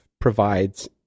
provides